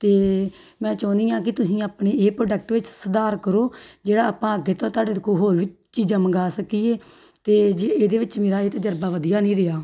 ਅਤੇ ਮੈਂ ਚਾਹੁੰਦੀ ਹਾਂ ਕਿ ਤੁਸੀਂ ਆਪਣੇ ਇਹ ਪ੍ਰੋਡਕਟ ਵਿੱਚ ਸੁਧਾਰ ਕਰੋ ਜਿਹੜਾ ਆਪਾਂ ਅੱਗੇ ਤੋਂ ਤੁਹਾਡੇ ਕੋਲੋਂ ਹੋਰ ਵੀ ਚੀਜ਼ਾਂ ਮੰਗਵਾ ਸਕੀਏ ਅਤੇ ਜੀ ਇਹਦੇ ਵਿੱਚ ਮੇਰਾ ਇਹ ਤਜਰਬਾ ਵਧੀਆ ਨਹੀਂ ਰਿਹਾ